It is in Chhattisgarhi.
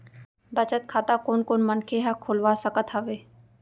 बचत खाता कोन कोन मनखे ह खोलवा सकत हवे?